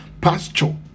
pasture